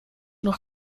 noch